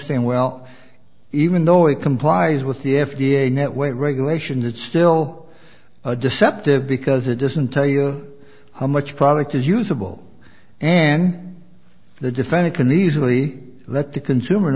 saying well even though it complies with the f d a net weight regulations it's still a deceptive because it doesn't tell you how much product is usable and the defendant can easily let the consumer